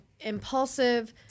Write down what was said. impulsive